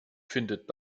findet